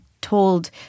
told